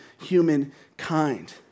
humankind